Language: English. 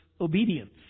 Obedience